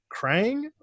Krang